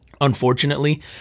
unfortunately